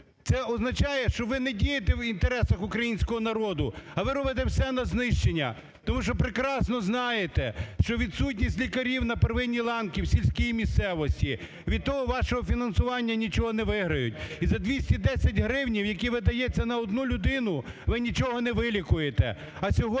це означає, що ви не дієте в інтересах українського народу, а ви робите все на знищення. Тому що прекрасно знаєте, що відсутність лікарів на первинній ланки в сільській місцевості від того вашого фінансування нічого не виграють і за 210 гривень, які видаються на одну людини, ви нічого не вилікуєте. А на сьогоднішній